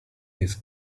his